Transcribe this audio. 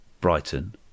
Brighton